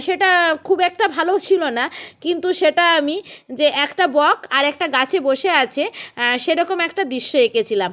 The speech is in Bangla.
সেটা খুব একটা ভালোও ছিল না কিন্তু সেটা আমি যে একটা বক আর একটা গাছে বসে আছে সেরকম একটা দৃশ্য এঁকেছিলাম